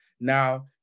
Now